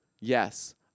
Yes